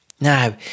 Now